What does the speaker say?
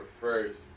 first